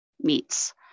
meets